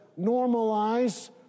normalize